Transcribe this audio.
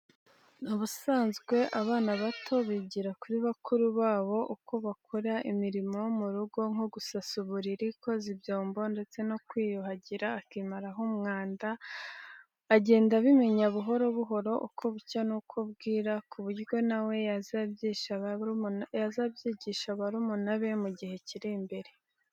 N'ubusanzwe abana bato bigira kuri bakuru babo uko bakora imirimo yo mu rugo nko gusasa uburiri, koza ibyombo ndetse no kwiyuhagira akimaraho umwanda; agenda abimenya buhoro buhoro uko bucya n'uko bwira, ku buryo na we yazabyigisha barumuna be mu gihe kiri imbere.